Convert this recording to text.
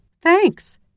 Thanks